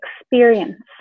experience